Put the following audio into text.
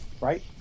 Right